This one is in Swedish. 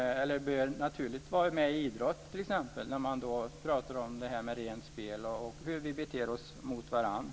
De bör naturligt ingå i ämnet idrott t.ex. när man talar om detta med rent spel och om hur vi beter oss mot varandra.